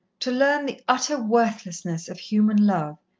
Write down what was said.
to learn the utter worthlessness of human love,